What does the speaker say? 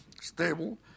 stable